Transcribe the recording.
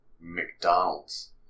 McDonald's